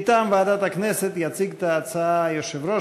מטעם ועדת הכנסת יציג את ההצעה יושב-ראש